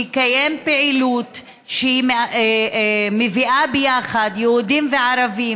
שמקיים פעילות שמביאה ביחד יהודים וערבים,